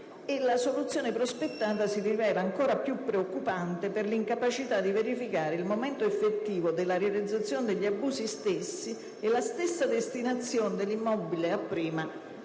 La soluzione prospettata si rivela ancor più preoccupante per l'incapacità di verificare il momento effettivo della realizzazione degli abusi stessi e la stessa destinazione dell'immobile a prima